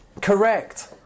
Correct